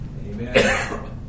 Amen